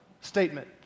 statement